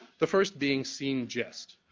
the first being scene gist,